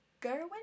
Gerwin